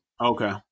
okay